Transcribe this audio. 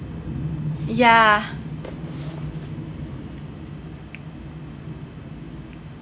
yeah